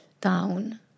down